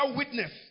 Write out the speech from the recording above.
witness